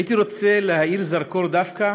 הייתי רוצה להפנות זרקור דווקא